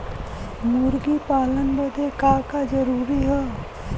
मुर्गी पालन बदे का का जरूरी ह?